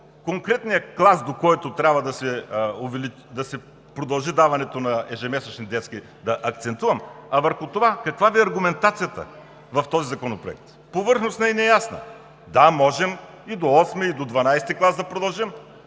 конкретния клас, до който трябва да се продължи даването на ежемесечни детски да акцентувам, а върху това каква Ви е аргументацията в този законопроект – повърхностна и неясна. Да, можем и до VIII, и до XII клас да продължим,